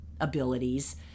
abilities